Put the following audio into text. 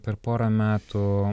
per porą metų